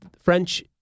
French